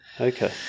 okay